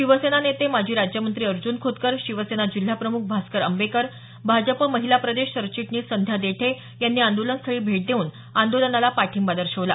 शिवसेना नेते माजी राज्यमंत्री अर्ज्न खोतकर शिवसेना जिल्हाप्रमुख भास्कर अंबेकर भाजपा महिला प्रदेश सरचिटणीस संध्या देठे यांनी आंदोलनस्थळी भेट देऊन आंदोलनाला पाठिंबा दर्शवला